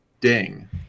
Ding